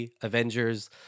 Avengers